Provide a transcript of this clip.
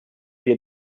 wir